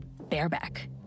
bareback